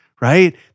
right